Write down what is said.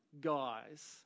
guys